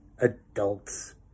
adults